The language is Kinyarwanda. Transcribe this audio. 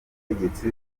ubutegetsi